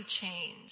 change